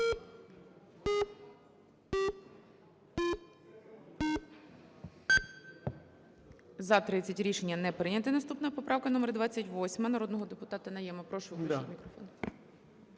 За-30 Рішення не прийнято. Наступна - поправка номер 28, народного депутата Найєма. Прошу включити мікрофон.